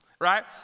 right